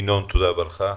ינון, תודה רבה לך.